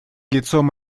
лицом